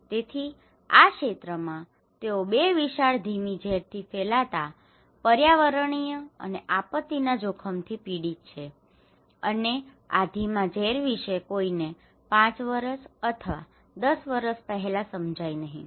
તેથી આ ક્ષેત્રમાં તેઓ 2 વિશાળ ધીમી ઝેરથી ફેલાતા પર્યાવરણીય અને આપત્તિના જોખમથી પીડિત છે અને આ ધીમા ઝેર વિશે કોઈને 5 વર્ષ અથવા 10 વર્ષ પહેલાં સમજાય નહીં